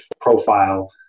profile